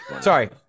Sorry